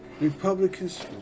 republicans